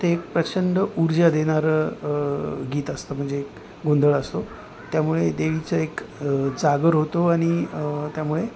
ते एक प्रचंड ऊर्जा देणारं गीत असतं म्हणजे एक गोंधळ असतो त्यामुळे देवीचा एक जागर होतो आणि त्यामुळे